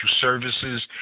services